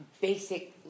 basic